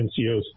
NCOs